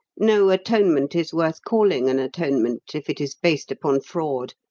no atonement is worth calling an atonement if it is based upon fraud